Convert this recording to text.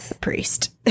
priest